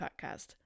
Podcast